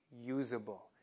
usable